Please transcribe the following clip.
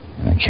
okay